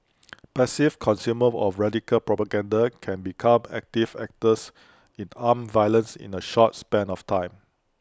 passive consumers of radical propaganda can become active actors in armed violence in A short span of time